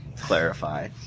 clarify